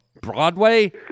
Broadway